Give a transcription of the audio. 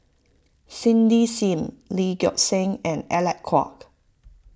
Cindy Sim Lee Gek Seng and Alec Kuok